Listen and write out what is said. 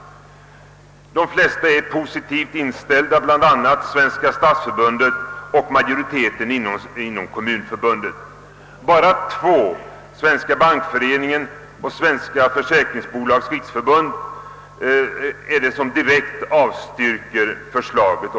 De flesta är positivt inställda, bland dem Svenska stadsförbundet och majoriteten inom Svenska kommunförbundet. Bara två remissinstanser — Svenska bankföreningen och Svenska försäkringsbolags riksförbund — avstyrker direkt utredningsförslaget.